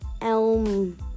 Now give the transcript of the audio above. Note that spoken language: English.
Elm